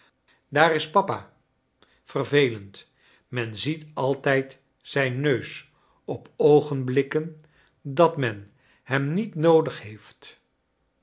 daar is papa vervelend men ziet altijd zijn neus op oogenblikken kleine dorrit dat men hem met noodig heeft